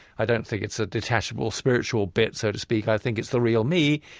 i don't think it's a detachable, spiritual bit, so to speak, i think it's the real me.